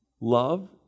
love